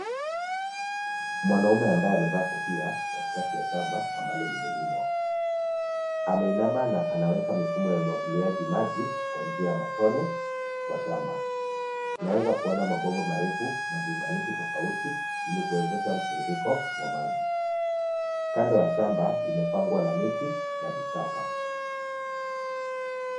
Mwanaume ambaye amevaa kofia katikati ya shamba ambalo limelimwa, ameinama na anaweka mifumo ya umwagiliaji maji kwa njia ya matone kwa shamba. Tunaweza kuona mabomba marefu na viunganishi tofauti ili kuwezesha mtiririko wa maji, kando ya shamba imepangwa na miti na vichaka.